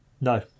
No